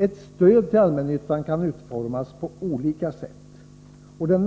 Ett stöd till de allmännyttiga bostadsföretagen kan utformas på olika sätt, och den